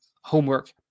homework